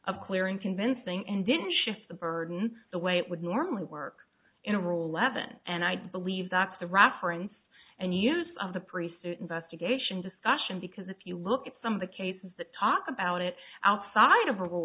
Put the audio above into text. of clear and convincing and didn't shift the burden the way it would normally work in a rule eleven and i believe that's the reference and use of the priest investigation discussion because if you look at some of the cases that talk about it outside of her role